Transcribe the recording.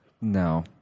No